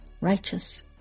righteous